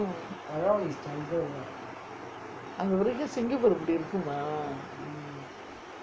அது வரைக்கும்:athu varaikkum singapore இப்டி இருக்குமா:ipdi irukkumaa